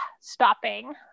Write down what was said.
stopping